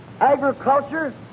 agriculture